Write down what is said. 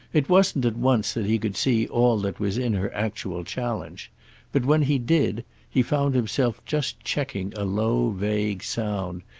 it wasn't at once that he could see all that was in her actual challenge but when he did he found himself just checking a low vague sound,